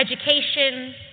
education